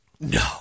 No